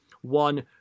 one